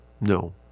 No